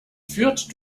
führt